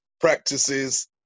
practices